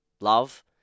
love